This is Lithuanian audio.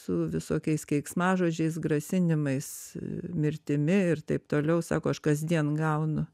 su visokiais keiksmažodžiais grasinimais mirtimi ir taip toliau sako aš kasdien gaunu